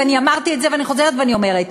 ואמרתי את זה ואני חוזרת ואומרת,